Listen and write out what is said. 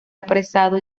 apresado